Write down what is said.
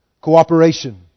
cooperation